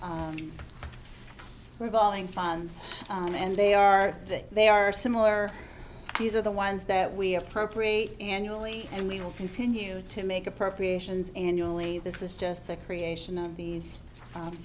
revolving funds and they are they are similar these are the ones that we appropriate annually and we will continue to make appropriations annually this is just the creation of these